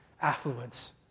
affluence